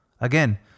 Again